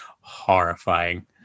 horrifying